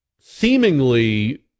seemingly